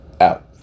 Out